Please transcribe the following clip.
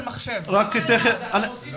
כבוד סגן